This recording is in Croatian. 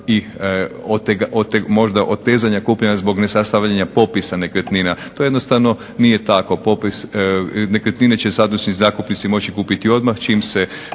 i možda otezanja kupnje zbog nesastavljanja popisa nekretnina. To jednostavno nije tako. Popis, nekretnine će sadašnji zakupnici moći kupiti odmah čim se